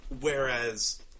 whereas